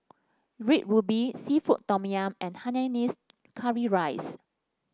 Red Ruby seafood Tom Yum and Hainanese Curry Rice